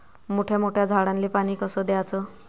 मोठ्या मोठ्या झाडांले पानी कस द्याचं?